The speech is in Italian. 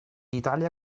italia